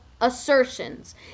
assertions